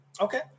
Okay